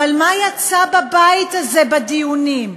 אבל מה יצא בבית הזה בדיונים?